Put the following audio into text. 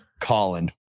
Colin